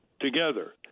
together